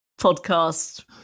podcast